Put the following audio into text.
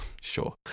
Sure